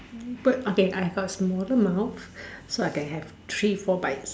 any bird okay I first smaller mouth so I can have three four bites